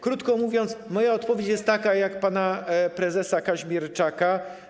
Krótko mówiąc: moja odpowiedź jest taka jak pana prezesa Kaźmierczaka.